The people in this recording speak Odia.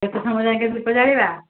କେତେ ସମୟ ଯାଏଁ କେ ଦୀପ ଜାଳିବା